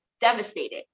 devastated